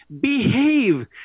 behave